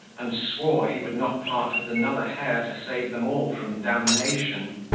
and swore he would not part with another hair to save them all from damnation.